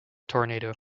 tornado